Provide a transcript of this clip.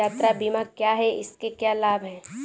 यात्रा बीमा क्या है इसके क्या लाभ हैं?